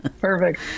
perfect